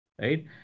right